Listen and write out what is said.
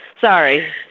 sorry